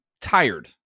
tired